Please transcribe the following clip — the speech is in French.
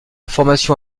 formation